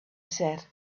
said